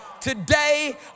Today